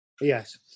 Yes